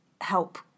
help